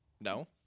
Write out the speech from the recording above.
No